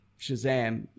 Shazam